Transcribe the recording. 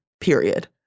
period